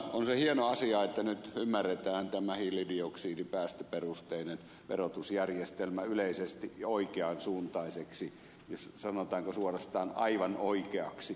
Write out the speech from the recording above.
on se hieno asia että nyt ymmärretään tämä hiilidioksidipäästöperusteinen verotusjärjestelmä yleisesti oikean suuntaiseksi ja sanotaanko suorastaan aivan oikeaksi